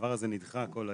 הדבר הזה נדחה כל העת.